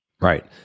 Right